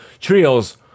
trios